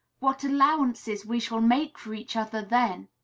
what allowances we shall make for each other, then!